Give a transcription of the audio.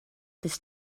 this